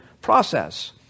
process